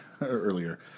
earlier